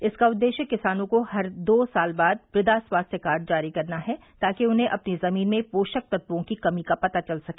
इसका उद्देश्य किसानों को हर दो साल बाद मृदा स्वास्थ्य कार्ड जारी करना है ताकि उन्हें अपनी जमीन में पोषक तत्वों की कमी का पता चल सके